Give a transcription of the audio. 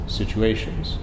situations